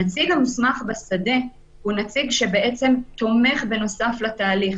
הנציג המוסמך בשדה הוא נציג שתומך בנוסף לתהליך.